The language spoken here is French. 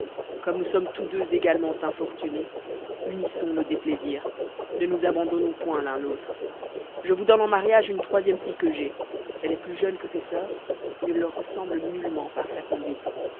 comme nous sommes tous deux également infortunés unissons nos déplaisirs ne nous abandonnons point l'un l'autre je vous donne en mariage une troisième fille que j'ai elle est plus jeune que ses soeurs et ne leur ressemble nullement par sa conduite